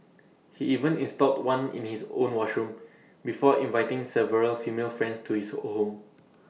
he even installed one in his own washroom before inviting several female friends to his home